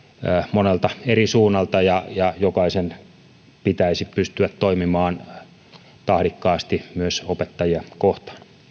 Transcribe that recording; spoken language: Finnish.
monelta eri suunnalta ja ja jokaisen pitäisi pystyä toimimaan tahdikkaasti myös opettajia kohtaan